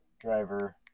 driver